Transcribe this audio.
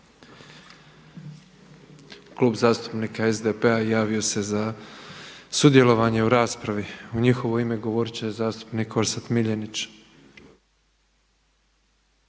Klub zastupnika HDZ-a javio se za sudjelovanje u raspravi i u njihovo ime govorit će zastupnik Dražen